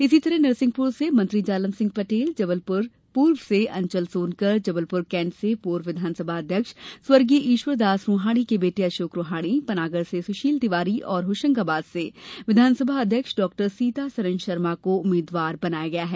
इसी तरह नरसिंहपुर से मंत्री जालम सिंह पटेल जबलपुर पूर्व से अंचल सोनकर जबलपुर कैण्ट से पूर्व विधानसभा अध्यक्ष स्वर्गीय ईश्वरदास रोहार्णी के बेटे अशोक रोहाणी पनागर से सुशील तिवारी और होशंगाबाद से विधानसभा अध्यक्ष डाक्टर सीतासरन शर्मा को उम्मीद्वार बनाया गया है